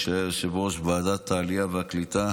כשהוא היה יושב-ראש ועדת העלייה והקליטה,